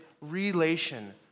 relation